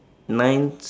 nine s~